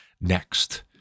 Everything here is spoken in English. next